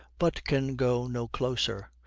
but can go no closer.